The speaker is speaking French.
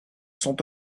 sont